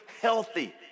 healthy